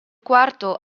quarto